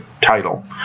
title